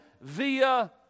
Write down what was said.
via